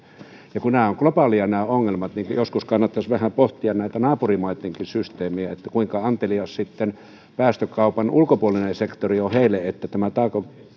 kun nämä ongelmat ovat globaaleja niin joskus kannattaisi vähän pohtia näitä naapurimaittenkin systeemejä kuinka antelias sitten päästökaupan ulkopuolinen sektori on heille tämä tämä